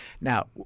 Now